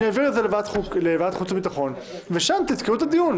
אני אעביר את זה לוועדת החוץ והביטחון ושם תתקעו את הדיון.